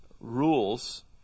rules